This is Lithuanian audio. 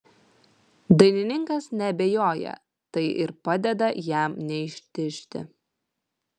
dainininkas neabejoja tai ir padeda jam neištižti